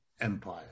empire